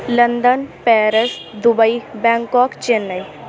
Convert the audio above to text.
London Paris Dubai Bangkok Chennai